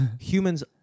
humans